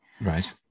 Right